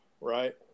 right